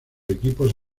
equipos